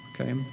Okay